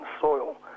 soil